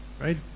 Right